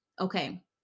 Okay